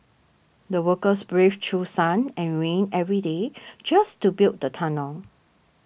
the workers braved through sun and rain every day just to build the tunnel